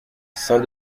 saint